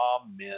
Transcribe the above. Amen